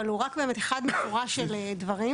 אבל הוא רק באמת אחד משורה של דברים.